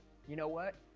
you know what?